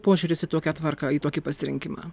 požiūris į tokią tvarką į tokį pasirinkimą